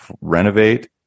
renovate